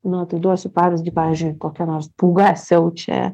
nu tai duosiu pavyzdį pavyzdžiui kokia nors pūga siaučia